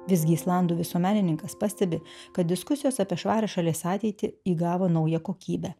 visgi islandų visuomenininkas pastebi kad diskusijos apie švarią šalies ateitį įgavo naują kokybę